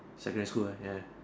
secondary school lah ya